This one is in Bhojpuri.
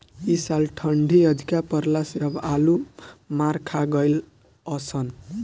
इ साल ठंडी अधिका पड़ला से सब आलू मार खा गइलअ सन